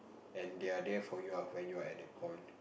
and they're there for you ah when you're at the point